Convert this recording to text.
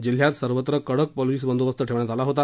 जिल्ह्यात सर्वत्र कडक पोलिस बंदोबस्त ठेवण्यात आला होता